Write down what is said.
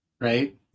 right